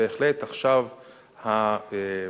בהחלט עכשיו הנציג,